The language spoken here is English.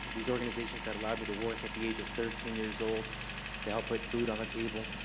these organizations that allowed me to work at the age of thirteen years old to help put food on the table,